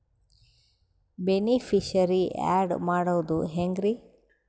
Beneficiary, add ಮಾಡೋದು ಹೆಂಗ್ರಿ?